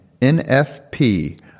NFP